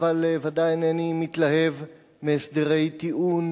אבל ודאי אינני מתלהב מהסדרי טיעון